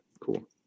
cool